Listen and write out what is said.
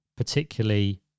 Particularly